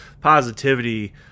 positivity